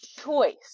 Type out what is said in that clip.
choice